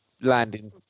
landing